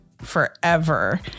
forever